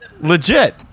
legit